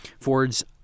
Ford's